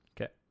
okay